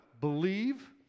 believe